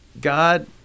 God